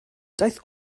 daeth